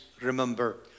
remember